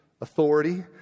authority